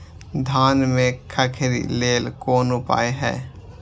धान में खखरी लेल कोन उपाय हय?